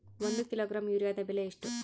ಒಂದು ಕಿಲೋಗ್ರಾಂ ಯೂರಿಯಾದ ಬೆಲೆ ಎಷ್ಟು?